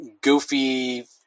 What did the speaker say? goofy